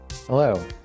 hello